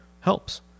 helps